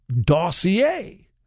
dossier